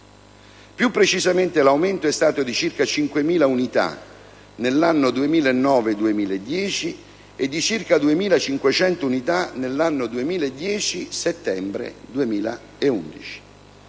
Più precisamente, l'aumento è stato di circa 5.000 unità nell'anno 2009-2010 e di circa 2.500 unità nell'anno 2010-settembre 2011.